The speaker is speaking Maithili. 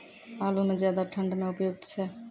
आलू म ज्यादा ठंड म उपयुक्त छै?